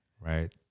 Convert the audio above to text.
Right